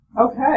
Okay